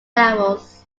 levels